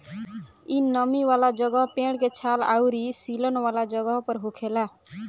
इ नमी वाला जगह, पेड़ के छाल अउरी सीलन वाला जगह पर होखेला